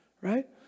Right